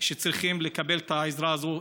שצריכים לקבל את העזרה הזאת,